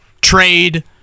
trade